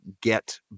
get